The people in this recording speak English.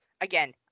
Again